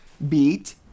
Beat